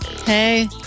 Hey